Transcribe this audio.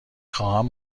خواهم